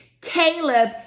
Caleb